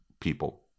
people